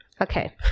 Okay